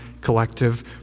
collective